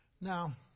Now